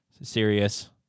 serious